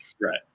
right